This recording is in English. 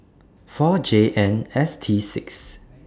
four J N S T six